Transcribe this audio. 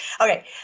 Okay